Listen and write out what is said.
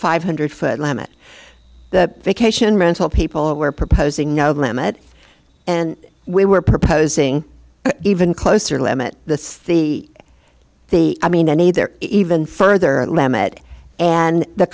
five hundred foot limit vacation rental people were proposing no limit and we were proposing even closer to limit the the the i mean any there even further limit and the